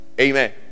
amen